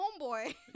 homeboy